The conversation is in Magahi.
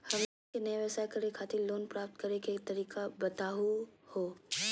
हमनी के नया व्यवसाय करै खातिर लोन प्राप्त करै के तरीका बताहु हो?